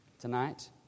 Tonight